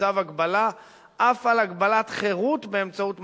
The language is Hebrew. בצו הגבלה אף על הגבלת חירות באמצעות מאסר.